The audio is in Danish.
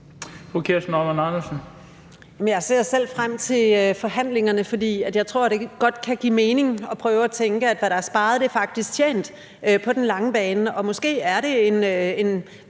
Jeg ser selv frem til forhandlingerne, fordi jeg tror, det godt kan give mening at prøve at sige, at hvad der er sparet, er faktisk tjent på den lange bane – måske med en